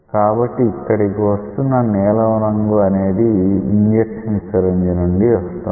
కాబట్టి ఇక్కడకి వస్తున్న నీలం రంగు అనేది ఇంజక్షన్ సిరంజి నుండి వస్తోంది